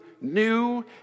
new